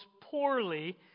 poorly